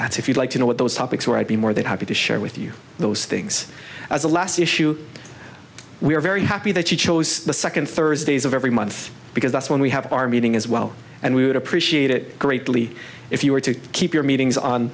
at if you'd like to know what those topics were i'd be more than happy to share with you those things as a last issue we are very happy that you chose the second thursdays of every month because that's when we have our meeting as well and we would appreciate it greatly if you were to keep your meetings on